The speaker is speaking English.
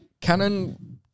Canon